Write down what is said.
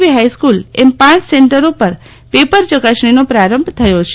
વી ફાઈસ્કુલ એમ પ સેન્ટરો પર પેપર ચકાસણીનો પ્રારંભ થયો છે